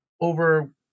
over